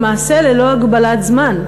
למעשה ללא הגבלת זמן,